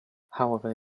however